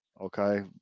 Okay